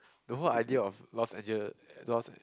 the whole idea of Los Angeles Los